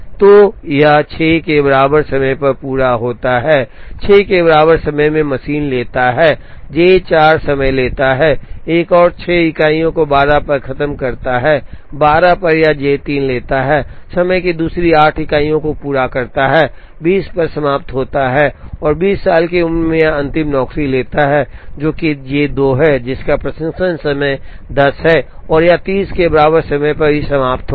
तो यह 6 के बराबर समय पर पूरा होता है 6 के बराबर समय में मशीन लेता है J 4 समय लेता है एक और 6 इकाइयों को 12 पर खत्म करता है 12 पर यह J 3 लेता है समय की दूसरी 8 इकाइयों को पूरा करता है 20 पर समाप्त होता है और 20 साल की उम्र में यह अंतिम नौकरी लेता है जो कि J 2 है जिसका प्रसंस्करण समय 10 है और यह 30 के बराबर समय पर समाप्त होगा